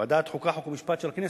ועדת חוקה, חוק ומשפט של הכנסת?